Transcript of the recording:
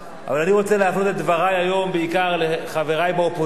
אבל אני רוצה להפנות את דברי היום בעיקר לחברי באופוזיציה,